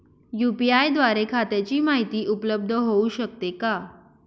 UPI द्वारे खात्याची माहिती उपलब्ध होऊ शकते का?